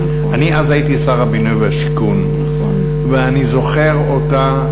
אני הייתי אז שר הבינוי והשיכון ואני זוכר אותה,